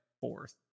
fourth